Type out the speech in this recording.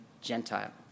Gentile